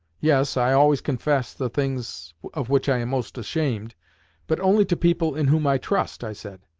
yes, i always confess the things of which i am most ashamed but only to people in whom i trust, i said.